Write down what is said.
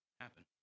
happen